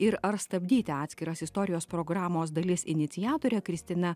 ir ar stabdyti atskiras istorijos programos dalis iniciatorė kristina